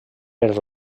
per